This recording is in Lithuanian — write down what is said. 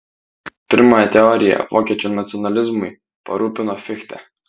pirmąją teoriją vokiečių nacionalizmui parūpino fichte